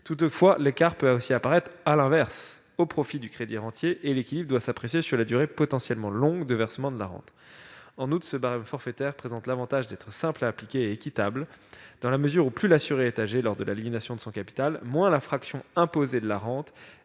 Toutefois, l'écart peut aussi apparaître, à l'inverse, au profit du crédirentier, et l'équilibre doit s'apprécier sur la durée, potentiellement longue, de versement de la rente. En outre, ce barème forfaitaire présente l'avantage d'être simple à appliquer et équitable dans la mesure où plus l'assuré est âgé lors de l'aliénation de son capital, moins la fraction imposée de la rente